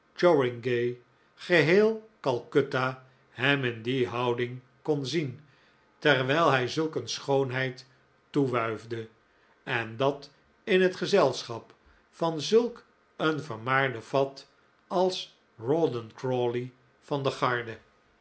chowringhee geheel calcutta hem in die houding kon zien terwijl hij zulk een schoonheid toewuifde en dat in het gezelschap van zulk een vermaarden fat als rawdon crawley van de garde